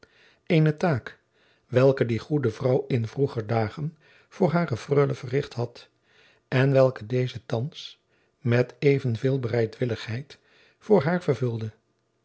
eene taak welke die goede vrouw in vroeger dagen voor hare freule verricht had en welke deze thands met even veel bereid willigheid voor haar vervulde